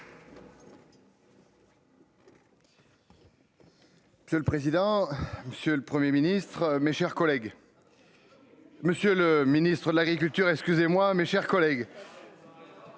C'est le président monsieur le 1er ministre, mes chers collègues. Monsieur le Ministre de l'Agriculture, excusez-moi, mes chers collègues.